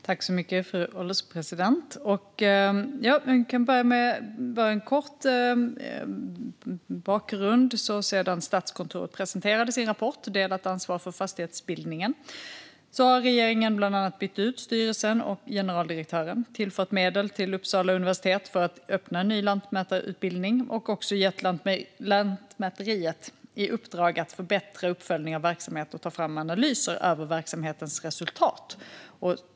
Fru ålderspresident! Jag kan börja med en kort bakgrund. Sedan Statskontoret presenterade sin rapport Delat ansvar för fastighetsbildning har regeringen bland annat bytt ut styrelsen och generaldirektören, tillfört medel till Uppsala universitet för att öppna en ny lantmätarutbildning och också gett Lantmäteriet i uppdrag att förbättra uppföljningen av verksamheten och ta fram analyser över verksamhetens resultat.